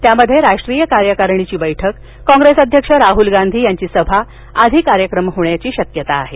त्यामध्ये राष्ट्रीय कार्यकारिणीची बैठक काँग्रेस अध्यक्ष राहल गाधी यांची सभा आदी कार्यक्रम होण्याची शक्यता आहे